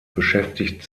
beschäftigt